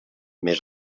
més